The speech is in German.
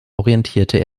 orientierte